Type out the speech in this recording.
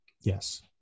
Yes